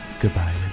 Goodbye